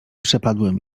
przepadłem